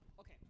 okay